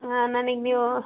ಹಾಂ ನನಗ್ ನೀವು